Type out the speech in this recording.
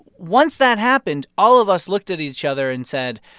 once that happened, all of us looked at each other and said,